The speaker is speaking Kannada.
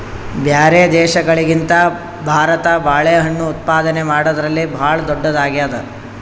ಬ್ಯಾರೆ ದೇಶಗಳಿಗಿಂತ ಭಾರತ ಬಾಳೆಹಣ್ಣು ಉತ್ಪಾದನೆ ಮಾಡದ್ರಲ್ಲಿ ಭಾಳ್ ಧೊಡ್ಡದಾಗ್ಯಾದ